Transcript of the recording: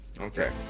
Okay